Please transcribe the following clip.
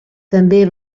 també